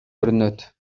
көрүнөт